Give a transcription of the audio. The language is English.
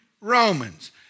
Romans